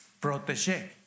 protege